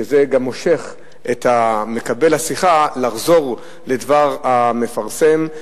שזה גם מושך את מקבל השיחה לחזור לדבר המפרסם.